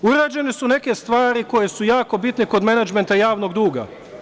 Urađene su neke stvari koje su jako bitne kod menadžmenta javnog duga.